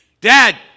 Dad